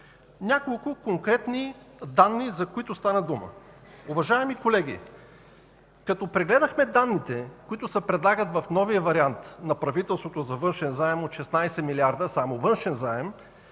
Няколко конкретни данни, за които стана дума. Уважаеми колеги, като прегледахме данните, които се предлагат в новия вариант на правителството за външен заем от 16 милиарда – само външен заем,